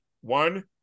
One